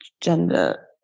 gender